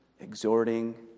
exhorting